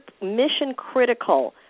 mission-critical